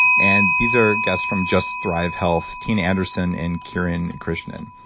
and these are guests from just thrive health, tina anderson and kiran krishnan.